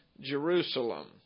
Jerusalem